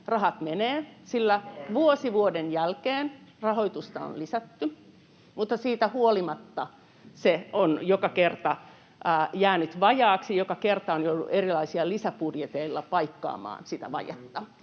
välihuuto] sillä vuosi vuoden jälkeen rahoitusta on lisätty, mutta siitä huolimatta se on joka kerta jäänyt vajaaksi — joka kerta on jouduttu erilaisilla lisäbudjeteilla paikkaamaan sitä vajetta.